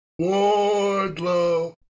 Wardlow